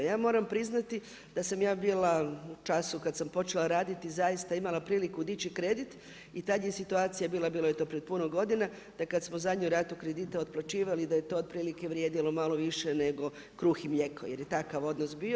Ja moram priznati da sam ja bila u času kada sam počela raditi, zaista imala priliku dići kredit i tada je situacija bila, bilo je to pred puno godina da kada smo zadnju ratu kredita otplaćivali da je to otprilike vrijedilo malo više nego kruh i mlijeko jer je takav odnos bio.